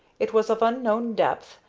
it was of unknown depth,